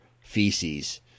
feces